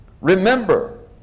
Remember